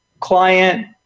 client